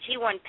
G1